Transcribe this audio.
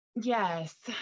Yes